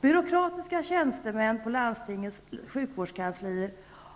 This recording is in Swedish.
Byråkratiska tjänstemän på landstingens sjukvårdskanslier